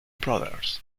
brothers